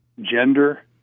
gender